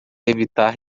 evitar